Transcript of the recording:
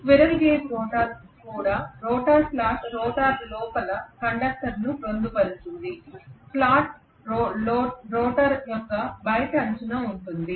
squirrel cage rotor కూడా rotor slot rotor లోపల కండక్టర్ను పొందుపరుస్తుంది స్లాట్ రోటర్ యొక్క బయటి అంచున ఉంటుంది